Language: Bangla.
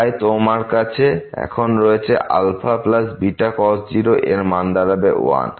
তাই তোমার কাছে এখন রয়েছে αβ cos 0 যার মান দাঁড়াবে 1